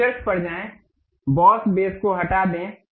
features पर जाएं boss base को हटा दें